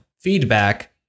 Feedback